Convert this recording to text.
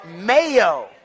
mayo